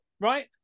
Right